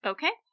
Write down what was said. Okay